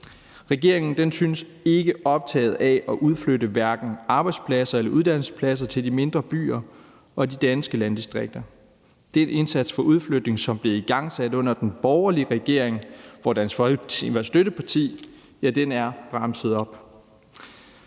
Regeringen synes ikke optaget af at udflytte hverken arbejdspladser eller uddannelsespladser til de mindre byer og de danske landdistrikter. Den indsats for udflytning, som blev igangsat under den borgerlige regering, hvor Dansk Folkeparti var støtteparti, er bremset op.